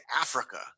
Africa